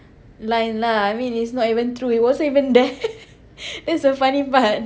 line lah I mean it's not even true he wasn't even there that's the funny part